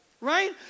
right